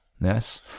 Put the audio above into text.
Yes